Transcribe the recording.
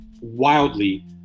wildly